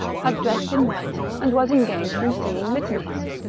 had dressed in white, and was engaged in singing litanies.